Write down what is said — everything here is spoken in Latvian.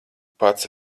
pats